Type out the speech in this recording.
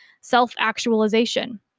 self-actualization